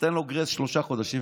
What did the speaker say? ניתן לו גרייס שלושה חודשים,